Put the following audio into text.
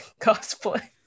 cosplay